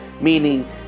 meaning